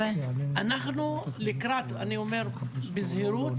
אני אומר בזהירות,